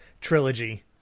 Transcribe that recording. trilogy